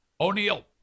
O'Neill